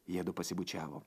jiedu pasibučiavo